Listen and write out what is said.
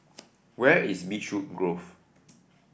where is Beechwood Grove